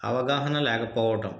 అవగాహన లేకపోవటం